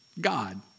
God